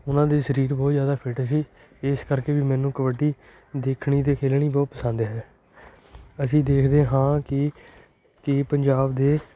ਉਹਨਾਂ ਦੇ ਸਰੀਰ ਬਹੁਤ ਜ਼ਿਆਦਾ ਫਿੱਟ ਸੀ ਇਸ ਕਰਕੇ ਵੀ ਮੈਨੂੰ ਕਬੱਡੀ ਦੇਖਣੀ ਅਤੇ ਖੇਡਣੀ ਬਹੁਤ ਪਸੰਦ ਹੈ ਅਸੀਂ ਦੇਖਦੇ ਹਾਂ ਕਿ ਕਿ ਪੰਜਾਬ ਦੇ